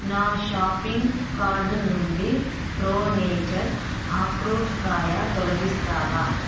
నా shopping card నుండి pro nature ఆక్రోట్ కాయ తొలగిస్తావా